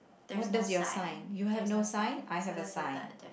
what does your sign you have no sign I have a sign